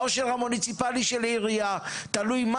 העושר המוניציפלי של עירייה תלויה במה